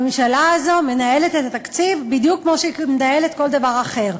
הממשלה הזאת מנהלת את התקציב בדיוק כמו שהיא מנהלת כל דבר אחר: